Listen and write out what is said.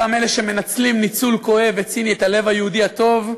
אותם אלה שמנצלים ניצול כואב וציני את הלב היהודי הטוב,